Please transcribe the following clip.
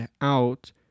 out